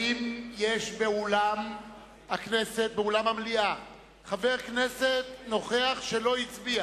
האם יש באולם המליאה חבר כנסת נוכח שלא הצביע